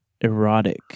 erotic